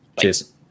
Cheers